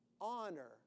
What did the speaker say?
honor